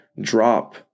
drop